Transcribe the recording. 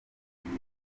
ibiri